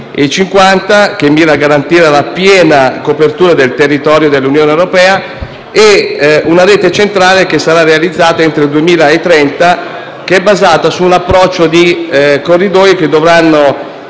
2050, che mira a garantire la piena copertura del territorio dell'Unione europea, e una rete centrale, che sarà realizzata entro il 2030 ed è basata su un approccio di corridoi che dovranno